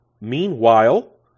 Meanwhile